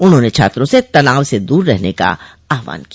उन्होंने छात्रों से तनाव से दूर रहने का आह्वान किया